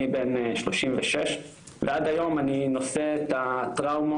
אני בן 36 ועד היום אני נושא את הטראומות,